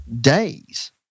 days